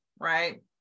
right